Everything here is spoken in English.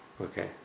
Okay